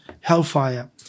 Hellfire